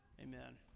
Amen